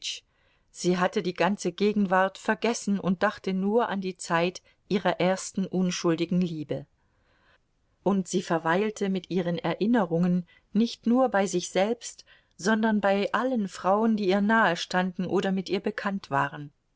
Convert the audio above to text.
sie hatte die ganze gegenwart vergessen und dachte nur an die zeit ihrer ersten unschuldigen liebe und sie verweilte mit ihren erinnerungen nicht nur bei sich selbst sondern bei allen frauen die ihr nahestanden oder mit ihr bekannt waren